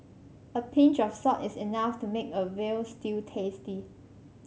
a pinch of salt is enough to make a veal stew tasty